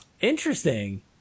Interesting